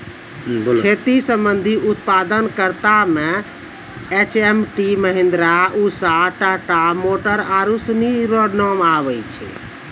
खेती संबंधी उप्तादन करता मे एच.एम.टी, महीन्द्रा, उसा, टाटा मोटर आरु सनी रो नाम आबै छै